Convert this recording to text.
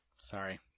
Sorry